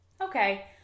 Okay